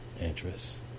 interest